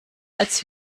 als